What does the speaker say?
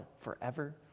forever